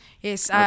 Yes